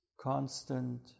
Constant